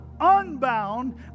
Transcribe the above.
unbound